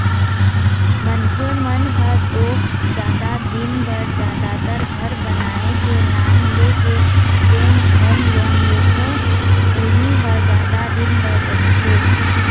मनखे मन ह तो जादा दिन बर जादातर घर बनाए के नांव लेके जेन होम लोन लेथे उही ह जादा दिन बर रहिथे